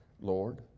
Lord